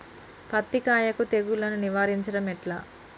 పత్తి కాయకు తెగుళ్లను నివారించడం ఎట్లా?